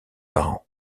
parents